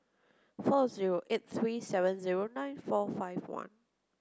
four zero eight three seven zero nine four five one